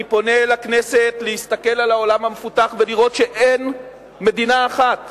אני פונה אל הכנסת להסתכל אל העולם המפותח ולראות שאין מדינה אחת